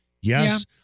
Yes